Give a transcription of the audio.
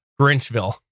Grinchville